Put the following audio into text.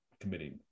committing